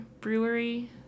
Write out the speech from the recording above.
Brewery